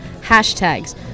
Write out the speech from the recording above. hashtags